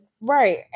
Right